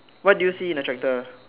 what do you see in the tractor